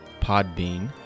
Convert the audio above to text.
Podbean